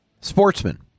Sportsman